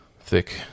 thick